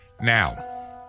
Now